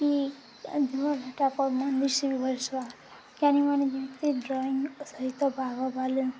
କି ଦିବାଘଟାକ ମନ୍ଦି ଶ ବର୍ଷ କେନି ମମାନେେ ଯେମିତି ଡ୍ରଇଂ ସହିତ ଭାଗବାଲେନ